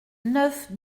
neuf